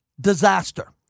Disaster